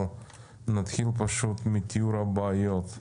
אבל נתחיל מתיאור הבעיות.